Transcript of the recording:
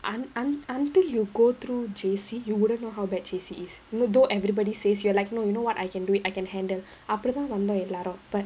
un~ un~ until you go through J_C you wouldn't know how bad J_C is although everybody says you are like no you know what I can do it I can handle அப்பிடிதா வந்தோம் எல்லாரு:appaditha vanthom ellaaru but